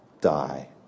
die